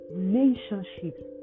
relationships